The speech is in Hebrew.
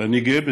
ואני גאה בזה.